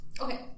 Okay